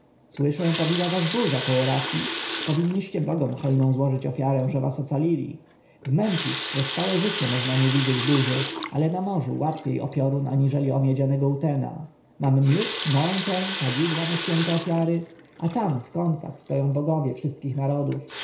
słyszę pobiła was burza około rafji powinniście bogom hojną złożyć ofiarę że was ocalili w memfis przez całe życie można nie widzieć burzy ale na morzu łatwiej o piorun aniżeli o miedzianego utena mam miód mąkę kadzidła na święte ofiary a tam w kątach stoją bogowie wszystkich narodów